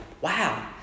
Wow